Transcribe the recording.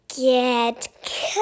Get